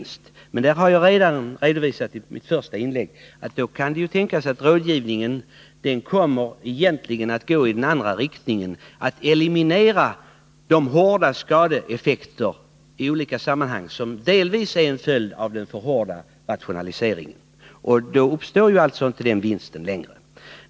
Men då kan det tänkas Torsdagen den —det har jag redan redovisat i mitt första inlägg — att rådgivningen egentligen 26 mars 1981 kommer att gå i den andra riktningen. Det kan bli fråga om att eliminera de hårda skadeeffekter i olika sammanhang som delvis är en följd av den för hårda rationaliseringen. Då uppstår inte längre några rationaliseringsvinster.